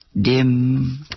dim